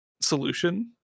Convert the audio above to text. solution